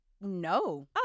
No